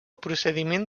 procediment